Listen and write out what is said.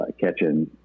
catching